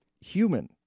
human